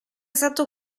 stato